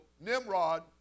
Nimrod